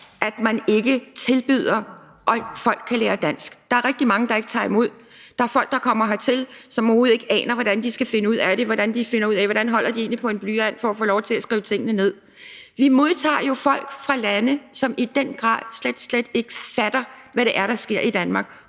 at man ikke tilbyder, at folk kan lære dansk. Der er rigtig mange, der ikke tager imod det. Der er folk, der kommer hertil, og som overhovedet ikke aner, hvordan de skal finde ud af det – som skal finde ud af, hvordan de egentlig skal holde på en blyant, for at få lov til at skrive tingene ned. Vi modtager jo folk fra lande, som i den grad slet, slet ikke fatter, hvad det er, der sker i Danmark,